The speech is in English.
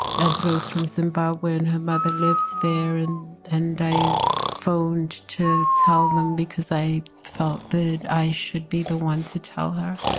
that's rose from simbi when her mother lived there. and and i phoned to tell them because i felt that i should be the one to tell her.